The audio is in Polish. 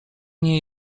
nie